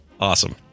Awesome